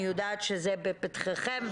אני יודע שזה בפתחכם,